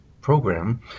program